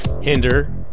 Hinder